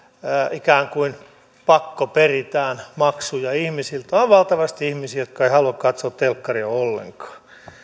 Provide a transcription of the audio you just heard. ikään kuin pakkoperitään maksuja ihmisiltä on on valtavasti ihmisiä jotka eivät halua katsoa telkkaria ollenkaan